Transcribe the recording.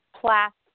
plastic